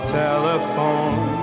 telephone